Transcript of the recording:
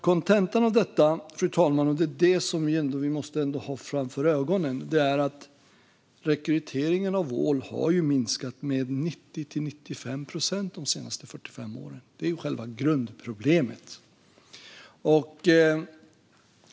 Kontentan av detta, och det är det som vi måste ha för ögonen, är att rekryteringen av ål har minskat med 90-95 procent de senaste 45 åren. Det är själva grundproblemet.